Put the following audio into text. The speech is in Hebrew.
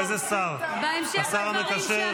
איזה שר, השר המקשר?